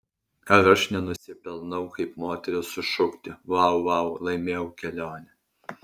ar aš nenusipelnau kaip moteris sušukti vau vau laimėjau kelionę